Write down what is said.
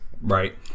Right